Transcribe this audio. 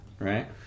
Right